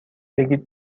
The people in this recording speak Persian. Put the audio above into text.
بگید